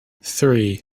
three